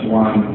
one